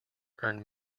earned